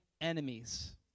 enemies